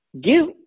give